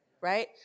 right